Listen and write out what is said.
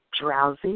drowsy